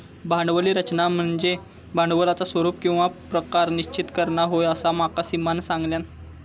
भांडवली रचना म्हनज्ये भांडवलाचा स्वरूप किंवा प्रकार निश्चित करना होय, असा माका सीमानं सांगल्यान